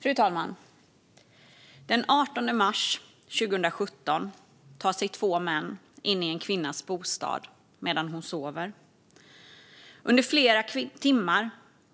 Fru talman! Den 18 mars 2017 tar sig två män in i en kvinnas bostad medan hon sover. Under flera timmar